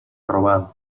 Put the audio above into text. robado